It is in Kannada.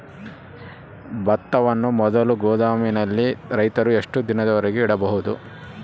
ಭತ್ತವನ್ನು ಮೊದಲು ಗೋದಾಮಿನಲ್ಲಿ ರೈತರು ಎಷ್ಟು ದಿನದವರೆಗೆ ಇಡಬಹುದು?